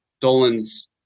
Dolan's